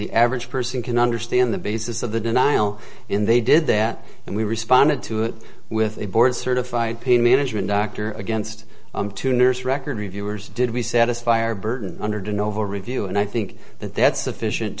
the average person can understand the basis of the denial in they did that and we responded to it with a board certified pain management doctor against two nurse record reviewers did we satisfy our burton under the novo review and i think that that's sufficient